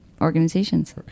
organizations